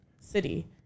city